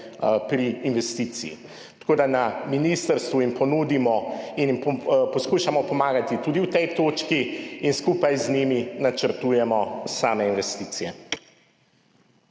pri investiciji. Tako da na ministrstvu jim ponudimo in jim poskušamo pomagati tudi v tej točki in skupaj z njimi načrtujemo same investicije.